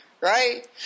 right